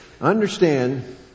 understand